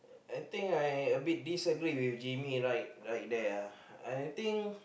I think I a bit disagree with Jimmy right right there